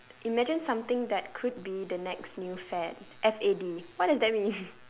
imagine something that could be the next new fad F A D what does that mean